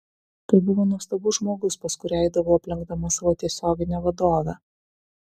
tai buvo nuostabus žmogus pas kurią eidavau aplenkdama savo tiesioginę vadovę